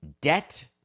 Debt